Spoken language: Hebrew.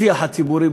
בשיח הציבורי: